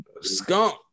skunk